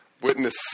witness